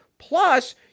Plus